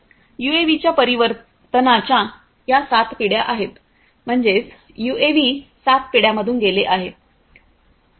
यूएव्हीच्या परिवर्तनाच्या या 7 पिढ्या आहेत म्हणजेच यूएव्ही 7 पिढ्यांमधून गेले आहेत